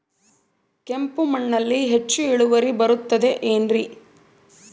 ಕೆಂಪು ಮಣ್ಣಲ್ಲಿ ಹೆಚ್ಚು ಇಳುವರಿ ಬರುತ್ತದೆ ಏನ್ರಿ?